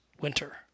winter